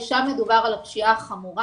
שם מדובר על הפשיעה החמורה.